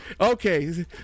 okay